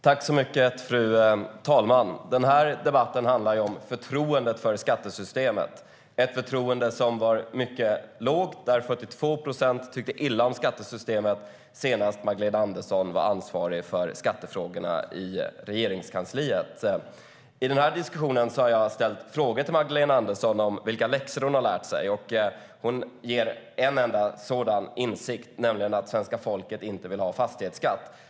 Fru talman! Den här debatten handlar om förtroendet för skattesystemet, ett förtroende som var mycket lågt när Magdalena Andersson senast var ansvarig för skattefrågorna i Regeringskansliet. 42 procent tyckte illa om skattesystemet.I den här diskussionen har jag ställt frågor till Magdalena Andersson om vilka läxor hon har lärt sig. Hon nämner en enda sådan insikt, nämligen att svenska folket inte vill ha fastighetsskatt.